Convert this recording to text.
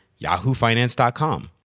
yahoofinance.com